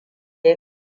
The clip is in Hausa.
ya